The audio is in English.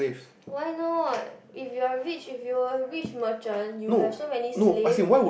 why not if you're rich if you were a rich merchant you have so many slaves